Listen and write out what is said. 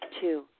Two